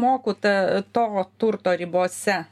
moku ta to turto ribose